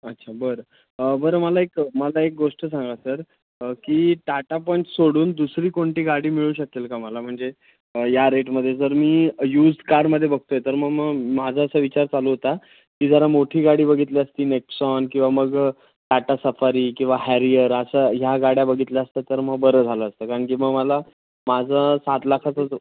अच्छा बरं बरं मला एक मला एक गोष्ट सांगा सर की टाटा पंच सोडून दुसरी कोणती गाडी मिळू शकेल का मला म्हणजे या रेटमध्ये जर मी यूज्ड कारमध्ये बघतो आहे तर मग मग माझा असा विचार चालू होता की जरा मोठी गाडी बघितली असती नेक्सॉन किंवा मग टाटा सफारी किंवा हॅरियर अशा ह्या गाड्या बघितल्या असत्या तर मग बरं झालं असतं कारण की मग मला माझं सात लाखाचंच